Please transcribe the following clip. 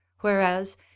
whereas